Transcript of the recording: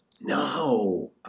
no